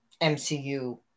mcu